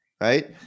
right